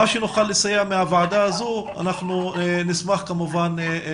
במה שנוכל לסייע מהוועדה הזו, אנחנו נשמח לעשות.